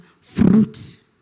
fruit